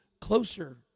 closer